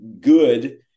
good